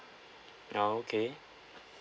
oh okay